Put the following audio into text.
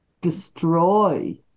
destroy